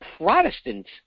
Protestants